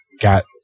got